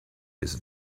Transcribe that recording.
his